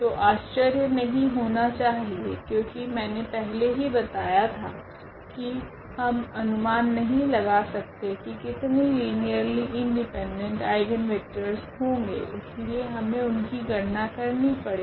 तो आश्चर्य नहीं होना चाहिए क्योकि मैंने पहले ही बताया था की हम अनुमान नहीं लगा सकते की कितने लीनियरली इंडिपेंडेंट आइगनवेक्टरस होगे इसलिए हमे उनकी गणना करनी पड़ेगी